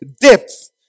depth